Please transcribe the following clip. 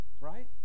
Right